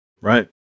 Right